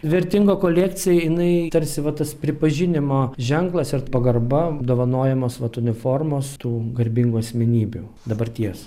vertinga kolekcija jinai tarsi va tas pripažinimo ženklas irt pagarba dovanojamos vat uniformos tų garbingų asmenybių dabarties